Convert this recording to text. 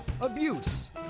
abuse